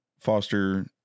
foster